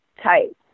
type